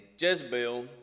Jezebel